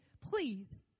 please